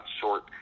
short